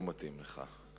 לא מתאים לך.